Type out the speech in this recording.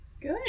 Good